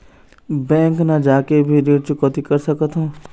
Bank न जाके भी ऋण चुकैती कर सकथों?